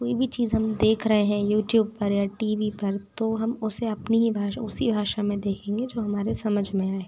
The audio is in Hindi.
कोई भी चीज़ हम देख रहे हैं युट्यूब पर या टी वी पर तो हम उसे अपनी ही भाषा उसी भाषा में देखेंगे जो हमारे समझ में आए